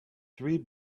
three